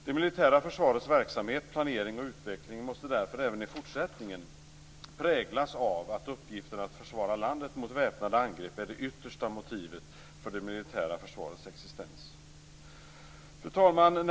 Det militära försvarets verksamhet, planering och utveckling måste därför även i fortsättningen präglas av att uppgiften att försvara landet mot väpnade angrepp är det yttersta motivet för det militära försvarets existens. Fru talman!